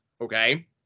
okay